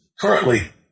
currently